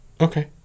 Okay